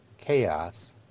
chaos